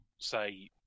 say